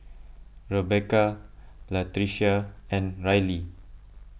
Rebeca Latricia and Rylee